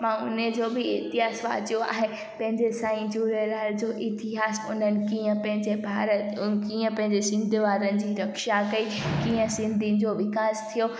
मां हुनजो बि इतिहास वाचयो आहे पंहिंजे साईं झूलेलाल जो इतिहासु उन्हनि कीअं पंहिंजे भारत कीअं पंहिंजे सिंध वारनि जी रक्षा कई कीअं सिंधियुनि जो विकास थियो